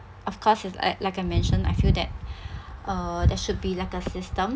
of course it's uh like I mentioned I feel that uh there should be like a system